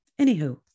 anywho